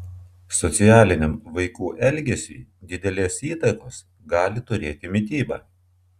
socialiniam vaikų elgesiui didelės įtakos gali turėti mityba